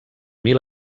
mil